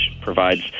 provides